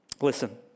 Listen